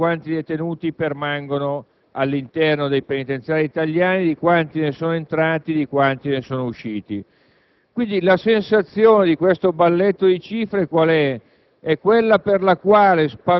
il dato preciso di quanti detenuti permangono all'interno dei penitenziari italiani, di quanti ne sono entrati e di quanti ne sono usciti. La sensazione di questo balletto di cifre,